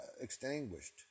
extinguished